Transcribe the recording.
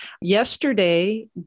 Yesterday